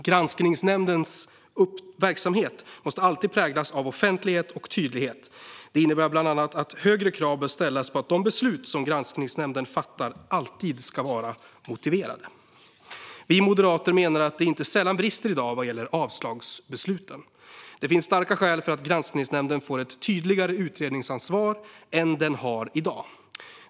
Granskningsnämndens verksamhet måste alltid präglas av offentlighet och tydlighet. Det innebär bland annat att högre krav bör ställas på att de beslut som granskningsnämnden fattar alltid ska vara motiverade. Vi moderater menar att det inte sällan brister i dag vad gäller avslagsbesluten. Det finns starka skäl för att granskningsnämnden får ett tydligare utredningsansvar än den har i dag.